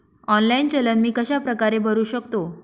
Online challan मी कशाप्रकारे भरु शकतो?